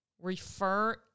refer